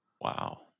Wow